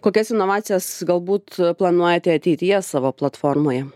kokias inovacijas galbūt planuojate ateityje savo platformoje